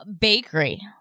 bakery